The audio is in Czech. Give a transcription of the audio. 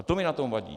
To mi na tom vadí.